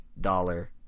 dollar